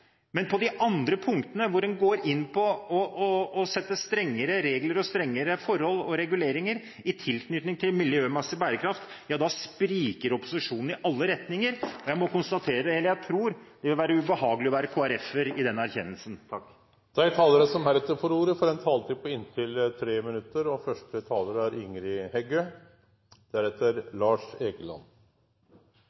Men på de andre punktene, hvor en går inn for å sette strengere regler og strengere forhold og reguleringer i tilknytning til miljømessig bærekraft, spriker opposisjonen i alle retninger. Jeg må konstatere, eller jeg tror, at det vil være ubehagelig å være KrF-er i den erkjennelsen. Dei talarane som heretter får ordet, har ei taletid på inntil 3 minutt. Fisken i havet har vore vårt gull i mange hundre år. Sjømatnæringa har stor betyding for verdiskaping, sysselsetting og